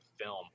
film